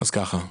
אז ככה,